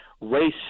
race